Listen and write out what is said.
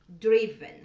driven